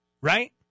right